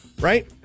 Right